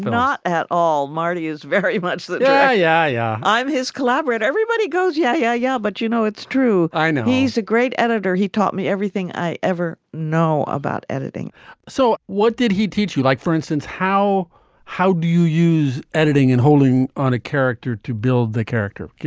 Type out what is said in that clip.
not at all. marty is very much that guy. yeah i'm his collaborator. everybody goes, yeah, yeah, yeah. but, you know, it's true. i know he's a great editor. he taught me everything i ever know about editing so what did he teach you? like, for instance, how how do you use editing and holding on a character to build the character?